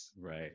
right